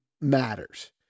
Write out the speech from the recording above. matters